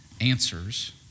answers